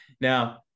Now